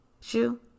shoe